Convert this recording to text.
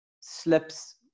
slips